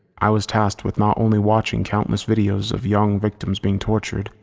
i was tasked with not only watching countless videos of young victims being tortured,